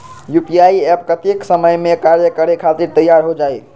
UPI app कतेइक समय मे कार्य करे खातीर तैयार हो जाई?